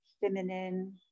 feminine